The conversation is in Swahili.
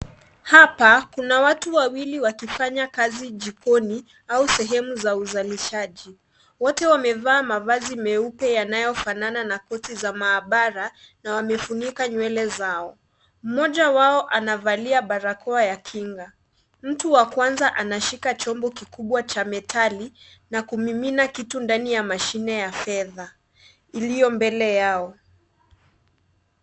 Hapa kuna watu wawili wakifanya kazi jikoni au sehemu za uzalishaji wote wamevaa mavazi meupe yanayofanana na koti za maabara na wamefunika nywele zao , mmoja wao anavalia barakoa ya kinga, mtu wa kwanza anashika chombo cha kwanza cha metali na kumimina kitu ndani ya mashine ya fedha iliyo mbele yao.